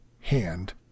hand